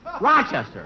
Rochester